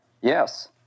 Yes